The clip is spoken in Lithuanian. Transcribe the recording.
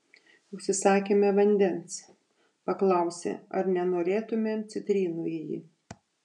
užsisakėme vandens paklausė ar nenorėtumėm citrinų į jį